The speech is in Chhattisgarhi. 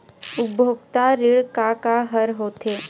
उपभोक्ता ऋण का का हर होथे?